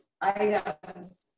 items